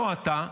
לא אתה,